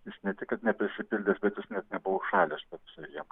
jis ne tik kad nepasipildęs bet jis net nebuvo užšalęs